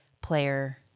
player